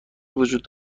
وجود